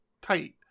tight